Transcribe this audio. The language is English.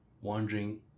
wondering